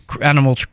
animal